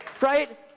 Right